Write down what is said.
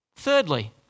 Thirdly